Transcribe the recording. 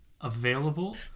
available